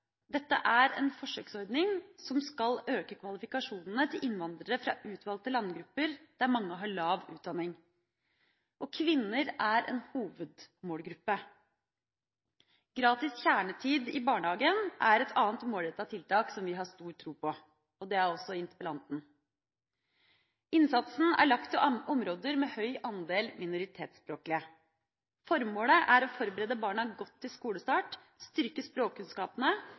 Dette er en forsøksordning som skal øke kvalifikasjonene til innvandrere fra utvalgte landgrupper der mange har lav utdanning. Kvinner er en hovedmålgruppe. Gratis kjernetid i barnehagen er et annet målrettet tiltak som vi har stor tro på, og det har også interpellanten. Innsatsen er lagt til områder med høy andel minoritetsspråklige. Formålet er å forberede barna godt til skolestart, styrke språkkunnskapene